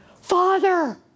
father